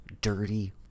dirty